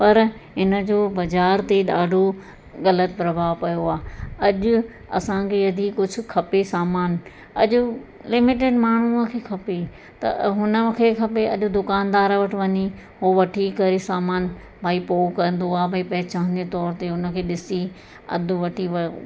पर इन जो बाज़ारि ते ॾाढो गलति प्रभाव पियो आहे अॼु असांखे यदि कुझु खपे सामान अॼु लिमिटिड माण्हूअ खे खपे त हुन खे खपे अॼु दुकानदार वटि वञी उहो वठी करे सामान भई पोइ कंदो आहे भई पहिचान जे तौर ते हुन खे ॾिसी अधु वठी व